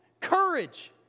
Courage